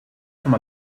from